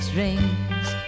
rings